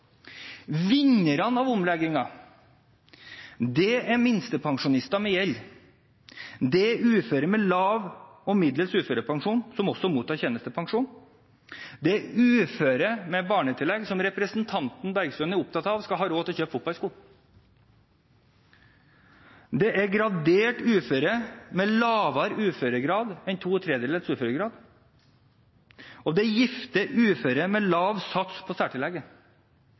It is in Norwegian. også mottar tjenestepensjon, det er uføre med barnetillegg, som representanten Bergstø er opptatt av skal ha råd til å kjøpe fotballsko, det er gradert uføre med lavere uføregrad enn to tredjedels uføregrad, og det er gifte uføre med lav sats på særtillegget.